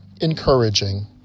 encouraging